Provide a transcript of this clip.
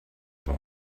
boy